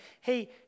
hey